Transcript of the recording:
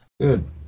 Good